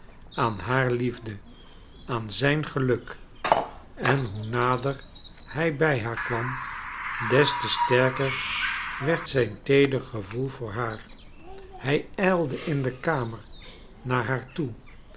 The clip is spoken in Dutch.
aan haar liefde aan zijn geluk en hoe nader hij bij haar kwam des te sterker werd zijn teeder gevoel voor haar hij ijlde in de kamer naar haar toe